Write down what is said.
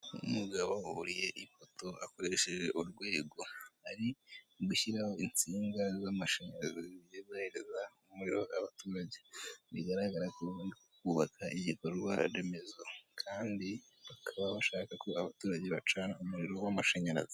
Umugabo wuriye ipoto akoresheje urwego ari gushyiraho insinga z'amashanyarazi zigiye guhereza umuririro abaturage, bigaragara ko bari kubaka ibikorwa remezo kandi bakaba bashaka ko abaturage bacana umuriro w'amashanyarazi.